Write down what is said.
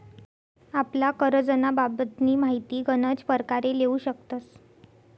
आपला करजंना बाबतनी माहिती गनच परकारे लेवू शकतस